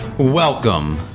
Welcome